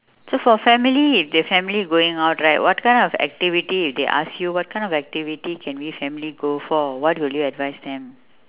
so for family if the family going out right what kind of activity if they ask you what kind of activity can we family go for what will you advise them